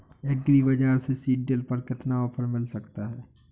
Agree बाजार से seed drill पर कितना ऑफर मिल सकता है?